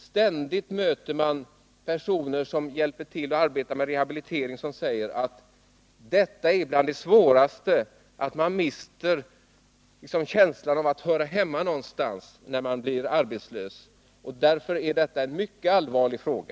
Ständigt möter man personer som arbetar med rehabilitering som säger att bland det svåraste för dessa människor är att de mister känslan av att höra hemma någonstans då de blir arbetslösa. Därför är detta en mycket allvarlig fråga.